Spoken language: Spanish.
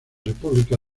república